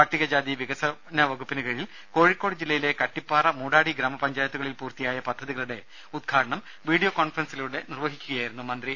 പട്ടികജാതി വികസന വകുപ്പിന് കീഴിൽ കോഴിക്കോട് ജില്ലയിലെ കട്ടിപ്പാറ മൂടാടി ഗ്രാമപഞ്ചായത്തുകളിൽ പൂർത്തിയായ പദ്ധതികളുടെ ഉദ്ഘാടനം വീഡിയോ കോൺഫറൻസിലൂടെ നിർവഹിക്കുകയായിരുന്നു മന്ത്രി